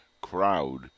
crowd